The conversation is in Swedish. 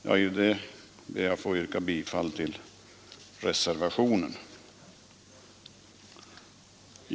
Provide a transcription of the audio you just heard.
Jag ber att få yrka bifall till reservationen.